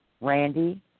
Randy